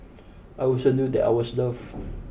I also knew that I was loved